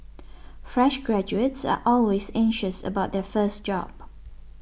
fresh graduates are always anxious about their first job